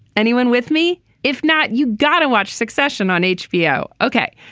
anyone with me if not you gotta watch succession on hbo okay.